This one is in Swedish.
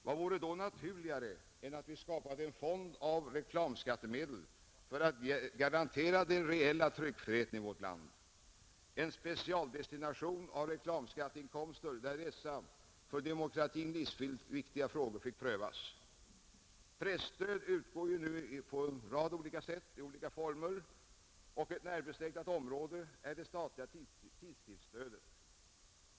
Vad vore då naturligare än att vi skapade en fond av reklamskattemedel för att garantera den reella tryckfriheten i vårt land, en specialdestination av reklamskatteinkomster, där dessa för demokratin livsviktiga frågor fick prövas? Presstöd utgår nu på en rad olika sätt, och ett närbesläktat område är det statliga tidskriftsstödet.